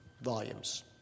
volumes